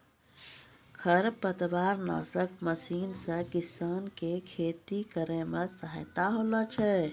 खरपतवार नासक मशीन से किसान के खेती करै मे सहायता होलै छै